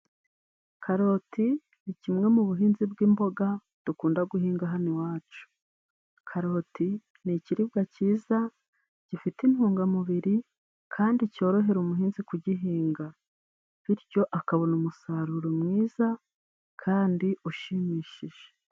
Karoti ni kimwe mu buhinzi bw'imboga dukunda guhinga hano iwacu, karoti ni ikiribwa cyiza gifite intungamubiri kandi cyorohera umuhinzi kugihinga bityo akabona umusaruro mwiza kandi ushimishije.